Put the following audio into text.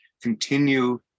continue